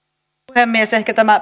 puhemies ehkä tämä